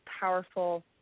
powerful